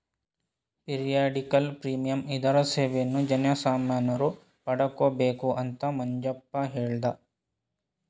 periodical premium ಇದರ ಸೇವೆಯನ್ನು ಜನಸಾಮಾನ್ಯರು ಪಡಕೊಬೇಕು ಅಂತ ಮಂಜಪ್ಪ ಹೇಳ್ದ